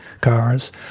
cars